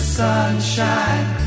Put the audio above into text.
sunshine